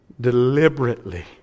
deliberately